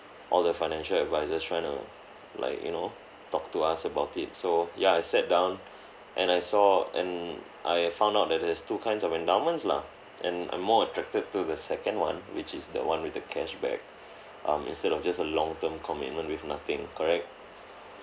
all the financial advisers trying to like you know talk to us about it so ya I sat down and I saw and I found out that there's two kinds of endowments lah and I'm more attracted to the second one which is the one with the cashback um instead of just a long term commitment with nothing correct